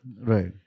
Right